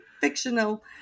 fictional